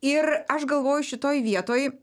ir aš galvoju šitoj vietoj